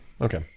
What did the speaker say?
Okay